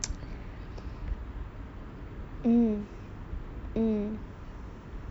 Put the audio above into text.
mm mm